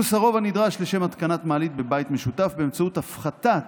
לגיוס הרוב הנדרש לשם התקנת מעלית בבית משותף באמצעות הפחתת